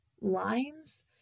lines